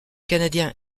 canadien